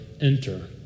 enter